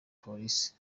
polisi